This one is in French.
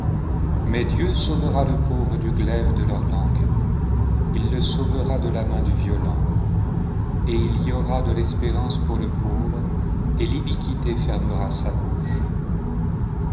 mais dieu sauvera le pauvre du glaive de leur langue il le sauvera de la main du violent et il y aura de l'espérance pour le pauvre et l'iniquité fermera sa bouche